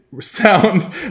sound